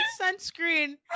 Sunscreen